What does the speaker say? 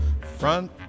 front